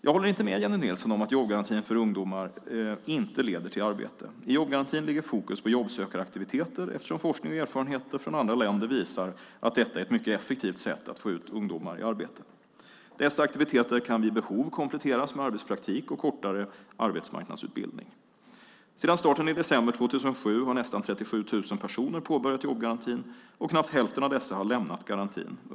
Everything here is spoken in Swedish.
Jag håller inte med Jennie Nilsson om att jobbgarantin för ungdomar inte leder till arbete. I jobbgarantin ligger fokus på jobbsökaraktiviteter eftersom forskning och erfarenheter från andra länder visar att detta är ett mycket effektivt sätt att få ut ungdomar i arbete. Dessa aktiviteter kan vid behov kompletteras med arbetspraktik och kortare arbetsmarknadsutbildning. Sedan starten i december 2007 har nästan 37 000 personer påbörjat jobbgarantin, och knappt hälften av dessa har lämnat garantin.